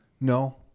No